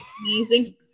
amazing